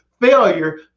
failure